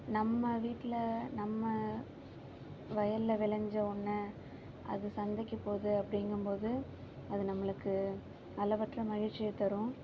நம்ம வீட்டில நம்ம வயல்ல விளைஞ்ச ஒன்றை அது சந்தைக்குப் போகுது அப்படீங்கம்போது அது நம்மளுக்கு அளவற்ற மகிழ்ச்சியைத் தரும்